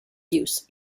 use